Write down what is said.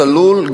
צלול,